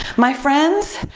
my friends,